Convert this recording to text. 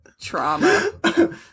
Trauma